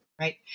right